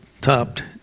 topped